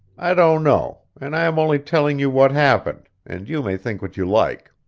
i don't know, and i am only telling you what happened, and you may think what you like.